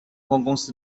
公司